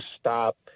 stop